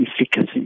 efficacy